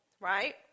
right